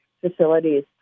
facilities